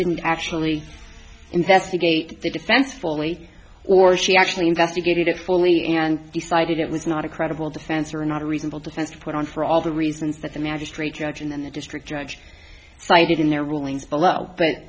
didn't actually investigate the defense fully or she actually investigated it fully and decided it was not a credible defense or not a reasonable defense to put on for all the reasons that the magistrate judge and the district judge cited in their rulings below but